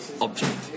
object